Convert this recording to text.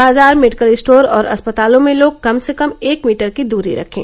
बाजार medical store और अस्पतालों में लोग कम से कम एक मीटर की दूरी रखें